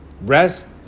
rest